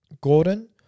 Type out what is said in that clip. Gordon